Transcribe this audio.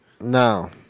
No